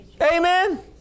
Amen